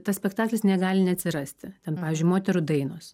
tas spektaklis negali neatsirasti ten pavyzdžiui moterų dainos